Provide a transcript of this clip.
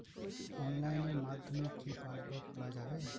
অনলাইনের মাধ্যমে কি পাসবই খোলা যাবে?